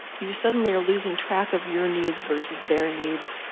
you suddenly are losing track of your needs, versus their needs.